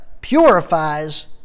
purifies